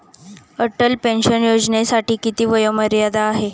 Atal pension योजनेसाठी किती वयोमर्यादा आहे?